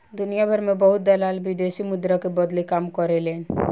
दुनियाभर में बहुत दलाल विदेशी मुद्रा के बदले के काम करेलन